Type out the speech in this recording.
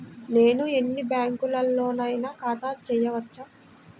నేను ఎన్ని బ్యాంకులలోనైనా ఖాతా చేయవచ్చా?